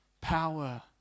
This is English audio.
power